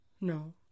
No